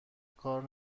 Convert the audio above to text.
کار